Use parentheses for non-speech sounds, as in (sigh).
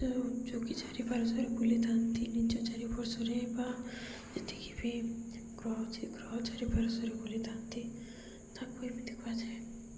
(unintelligible) ଯୋଗୀ ଚାରିପାର୍ଶ୍ଵରେ ବୁଲିଥାନ୍ତି ନିଜ ଚାରିପାର୍ଶ୍ୱରେ ବା ଯେତିକି ବି ଗ୍ରହ ଅଛି ଗ୍ରହ ଚାରିପାର୍ଶ୍ଵରେ ବୁଲିଥାନ୍ତି ତାକୁ ଏମିତି କୁହାଯାଏ